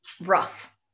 rough